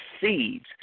seeds